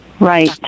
Right